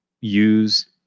use